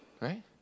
right